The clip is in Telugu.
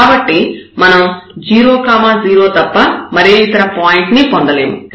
కాబట్టి మనం 0 0 తప్ప మరే ఇతర పాయింట్ ని పొందలేము